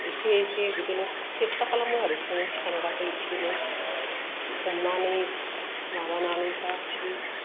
एसे एसे बिदिनो सेस्था खालामो आरो बिदिनो थांबाथाय बिदिनो हमनानै माबानानै गासैबो